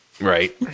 Right